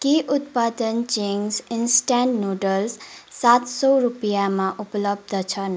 के उत्पादन Ching's instant noodles सात सौ रुपियाँमा उपलब्ध छन्